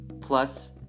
plus